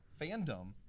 fandom